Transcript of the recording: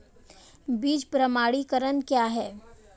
बीज प्रमाणीकरण क्या है?